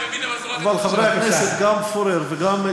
חברי הכנסת גם פורר וגם,